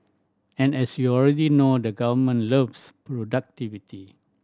and as you already know the government loves productivity